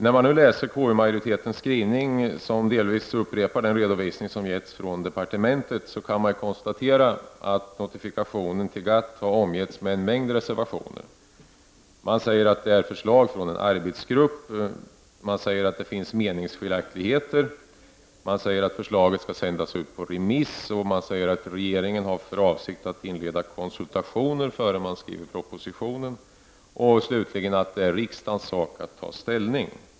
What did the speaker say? När man läser KU-majoritetens skrivning, som delvis upprepar den redovisning som givits från departementet, kan man konstatera att notifikationen till GATT har omgivits av en mängd reservationer. Man säger att det är förslag från en arbetsgrupp och att det finns meningsskiljaktigheter. Man säger att förslaget skall sändas ut på remiss och att regeringen har för avsikt att inleda konsultationer innan den skriver propositionen, och slutligen sägs att det är riksdagens sak att ta ställning.